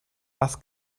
was